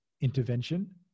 intervention